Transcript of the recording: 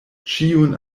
ĉiun